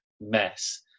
mess